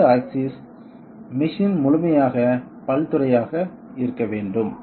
5 axis machine முழுமையாக பல்துறையாக இருக்க வேண்டும்